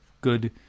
good